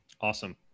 Awesome